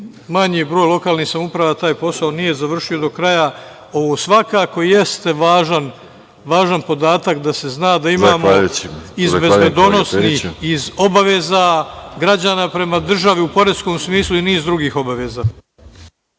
manji broj lokalnih samouprava taj posao nije završio do kraja. Ovo svakako i jeste važan podatak da se zna da imamo iz bezbedonosnih iz obaveza građana prema državi u poreskom smislu i niz drugih obaveza.